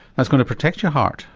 it's going to protect your heart.